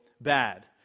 bad